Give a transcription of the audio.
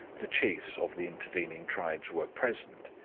the chiefs of the intervening tribes were present,